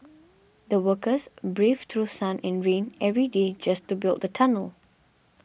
the workers braved through sun and rain every day just to build the tunnel